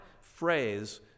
phrase